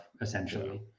essentially